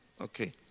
Okay